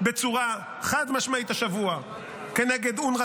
בצורה חד-משמעית השבוע כנגד אונר"א